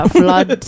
flood